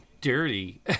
dirty